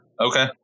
okay